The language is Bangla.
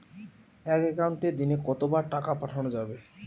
এক একাউন্টে দিনে কতবার টাকা পাঠানো যাবে?